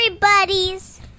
buddies